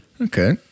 Okay